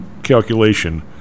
Calculation